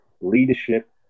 leadership